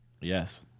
Yes